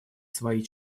свои